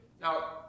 Now